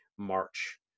march